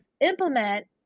implement